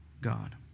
God